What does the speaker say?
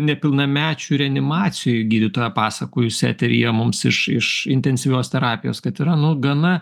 nepilnamečių reanimacijoj gydytoja pasakojusi eteryje mums iš iš intensyvios terapijos kad yra nu gana